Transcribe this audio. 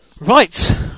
Right